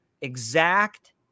exact